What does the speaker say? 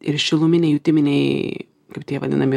ir šiluminiai jutiminiai kaip tie vadinami